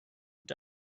dots